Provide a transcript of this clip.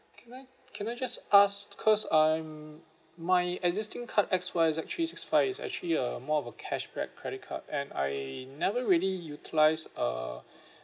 can I can I just ask because I'm my existing card X Y Z three six five is actually a more of a cashback credit card and I never really utilise uh